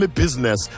business